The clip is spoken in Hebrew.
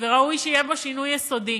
וראוי שיהיה בו שינוי יסודי.